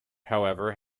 however